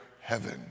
heaven